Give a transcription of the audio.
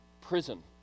prison